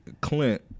Clint